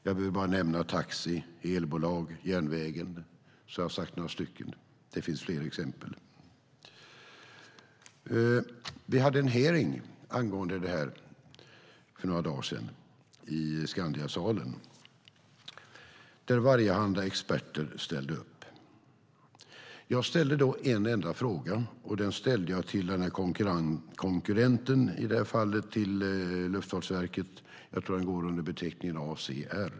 Jag behöver bara nämna taxi, elbolag och järnvägen så har jag sagt några stycken. Det finns fler exempel. Vi hade för några dagar sedan en hearing i Skandiasalen angående det här, där allehanda experter ställde upp. Jag ställde då en enda fråga, och den ställde jag till i det här fallet konkurrenten till Luftfartsverket; jag tror att de går under beteckningen ACR.